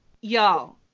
y'all